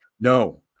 No